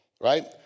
Right